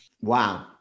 Wow